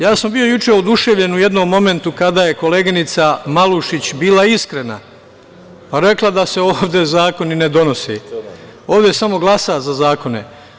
Ja sam bio juče oduševljen u jednom momentu kada je koleginica Malušić bila iskrena kada je rekla da se ovde zakoni ne donose, ovde se samo glasa za zakone.